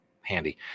handy